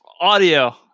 audio